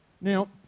Now